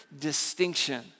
distinction